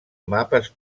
mapes